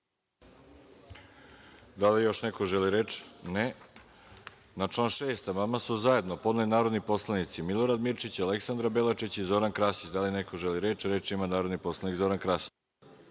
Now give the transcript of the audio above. Da li još neko želi reč? (Ne)Na član 6. amandman su zajedno podneli narodni poslanici Milorad Mirčić, Aleksandra Belačić i Zoran Krasić. Da li neko želi reč? Reč ima narodni poslanik Zoran Krasić.